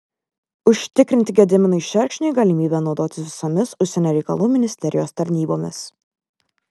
užtikrinti gediminui šerkšniui galimybę naudotis visomis užsienio reikalų ministerijos tarnybomis